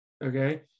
Okay